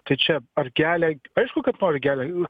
tai čia ar kelią aišku kad noriu kelią